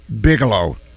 bigelow